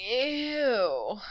Ew